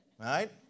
Right